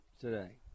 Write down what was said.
today